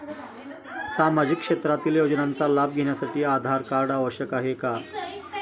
सामाजिक क्षेत्रातील योजनांचा लाभ घेण्यासाठी आधार कार्ड आवश्यक आहे का?